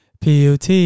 PUT